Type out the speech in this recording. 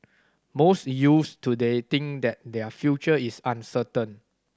most youths today think that their future is uncertain